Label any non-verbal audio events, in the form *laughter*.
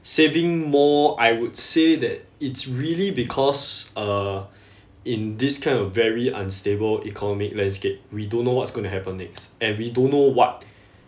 saving more I would say that it's really because uh *breath* in this kind of very unstable economic landscape we don't know what's gonna happen next and we don't know what *breath*